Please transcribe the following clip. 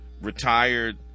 retired